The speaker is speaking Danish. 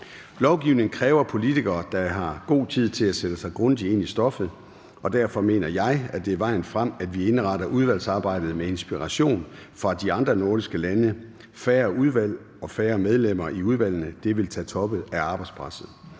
Lovgivning kræver politikere, der har god tid til at sætte sig grundigt ind i stoffet. Derfor mener jeg, at det er vejen frem, at vi indretter udvalgsarbejdet med inspiration fra de andre nordiske lande. Færre udvalg og færre medlemmer i udvalgene vil tage toppen af arbejdspresset.